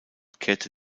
kehrte